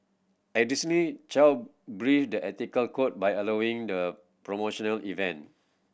additionally Chow breached the ethical code by allowing the promotional event